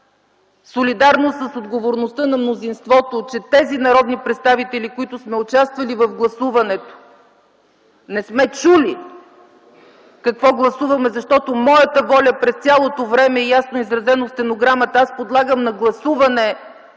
солидарно с отговорността на мнозинството, че тези народни представители, които сме участвали в гласуването, не сме чули какво гласуваме, защото моята воля през цялото време е ясно изразена в стенограмата. Аз подлагам на гласуване